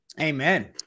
Amen